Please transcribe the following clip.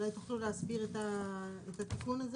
התיקון הזה